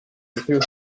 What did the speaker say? through